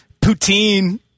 poutine